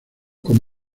con